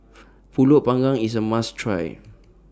Pulut Panggang IS A must Try